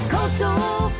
Coastal